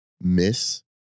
miss